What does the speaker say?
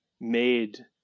made